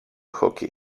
hockey